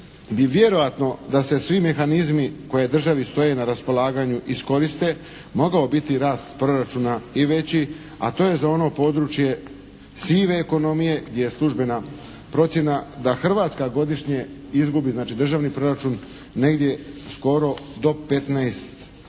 bi vjerojatno da se svi mehanizmi koji državi stoje na raspolaganju iskoriste, mogao biti rast proračuna i veći, a to je za ono područje sive ekonomije gdje je službena procjena da Hrvatska godišnje izgubi, znači državni proračun negdje skoro do 15